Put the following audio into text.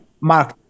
Mark